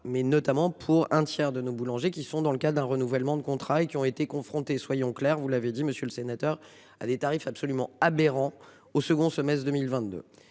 mais notamment pour un tiers de nos boulangers qui sont dans le cas d'un renouvellement de contrat et qui ont été confrontés. Soyons clairs, vous l'avez dit, monsieur le sénateur, à des tarifs absolument aberrant au second semestre 2022.